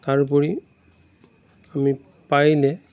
তাৰ উপৰি আমি পাৰিলে